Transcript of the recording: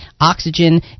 Oxygen